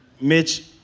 Mitch